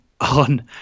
on